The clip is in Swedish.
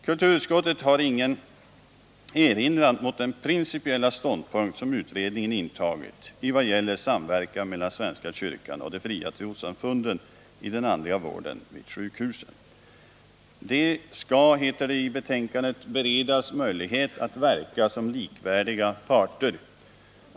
Kulturutskottet har ingen erinran mot den principiella ståndpunkt som Nr 149 utredningen intagit när det gäller samverkan mellan svenska kyrkan och de Onsdagen den fria trossamfunden i den andliga vården vid sjukhusen. De skall, heter det i 21 maj 1980 betänkandet, beredas möjlighet att verka som likvärdiga parter.